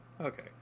Okay